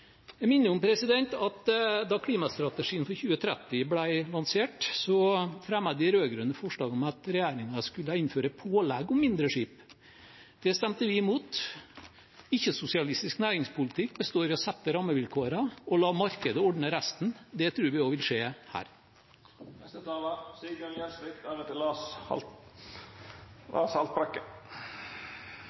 Jeg minner om at da klimastrategien for 2030 ble lansert, fremmet de rød-grønne forslag om at regjeringen skulle innføre pålegg om mindre skip. Det stemte vi imot. Ikke-sosialistisk næringspolitikk består i å sette rammevilkårene og la markedet ordne resten. Det tror vi også vil skje